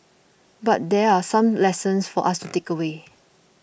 but there are some lessons for us to takeaway